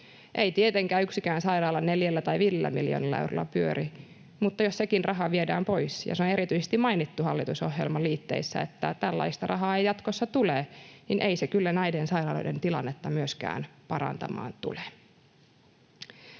Ei tietenkään yksikään sairaala neljällä tai viidellä miljoonalla eurolla pyöri, mutta jos sekin raha viedään pois — ja se on erityisesti mainittu hallitusohjelman liitteissä, että tällaista rahaa ei jatkossa tule — niin ei se kyllä näiden sairaaloiden tilannetta myöskään parantamaan tule.